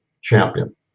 champion